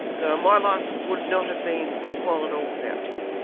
so my life would not have been worthwhile at all without tim.